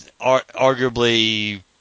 arguably